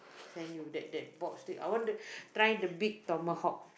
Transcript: send you that that bob steak I want to try the big Tomahawk